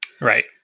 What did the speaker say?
Right